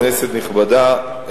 כנסת נכבדה,